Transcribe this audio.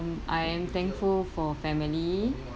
I am thankful for family